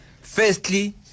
Firstly